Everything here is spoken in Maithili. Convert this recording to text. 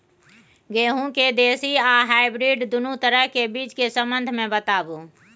गेहूँ के देसी आ हाइब्रिड दुनू तरह के बीज के संबंध मे बताबू?